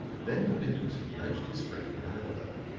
then pendleton nudged his friend with an elbow.